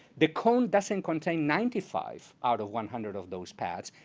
the cone doesn't contain ninety five out of one hundred of those paths.